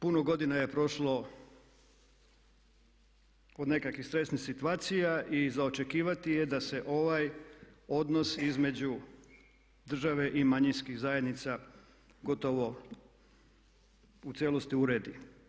Puno godina je prošlo od nekakvih stresnih situacija i za očekivati je da se ovaj odnos između države i manjinskih zajednica gotovo u cijelosti uredi.